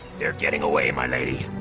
they're getting away my lady.